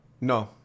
No